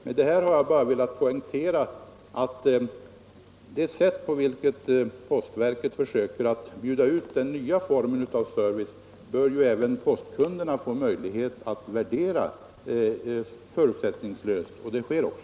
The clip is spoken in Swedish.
Med det här har jag bara velat poängtera att även postkunderna bör få möjlighet att förutsättningslöst värdera det sätt på vilket postverket försöker bjuda ut den nya formen av service. Det sker också.